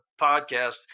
podcast